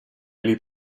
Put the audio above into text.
liep